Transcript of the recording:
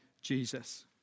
Jesus